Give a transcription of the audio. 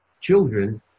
children